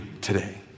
today